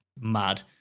mad